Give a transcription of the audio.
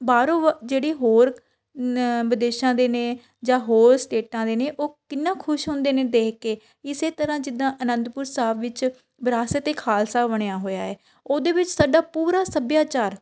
ਬਾਹਰੋਂ ਵ ਜਿਹੜੀ ਹੋਰ ਨ ਵਿਦੇਸ਼ਾਂ ਦੇ ਨੇ ਜਾਂ ਹੋਰ ਸਟੇਟਾਂ ਦੇ ਨੇ ਉਹ ਕਿੰਨਾਂ ਖੁਸ਼ ਹੁੰਦੇ ਨੇ ਦੇਖ ਕੇ ਇਸ ਤਰ੍ਹਾਂ ਜਿੱਦਾਂ ਅਨੰਦਪੁਰ ਸਾਹਿਬ ਵਿੱਚ ਵਿਰਾਸਤ ਏ ਖਾਲਸਾ ਬਣਿਆ ਹੋਇਆ ਹੈ ਉਹਦੇ ਵਿੱਚ ਸਾਡਾ ਪੂਰਾ ਸੱਭਿਆਚਾਰ